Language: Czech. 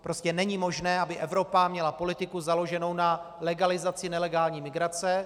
Prostě není možné, aby Evropa měla politiku založenou na legalizaci nelegální migrace.